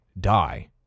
die